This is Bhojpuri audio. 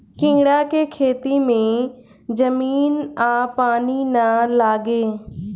कीड़ा के खेती में जमीन आ पानी ना लागे